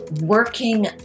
working